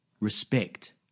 respect